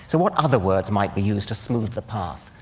so what other words might be used to smooth the path,